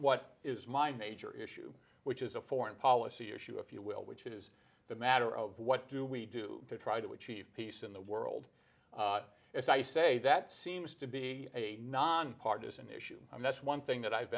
what is my major issue which is a foreign policy issue if you will which is the matter of what do we do to try to achieve peace in the world as i say that seems to be a nonpartisan issue and that's one thing that i've